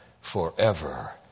forever